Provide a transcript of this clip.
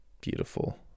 beautiful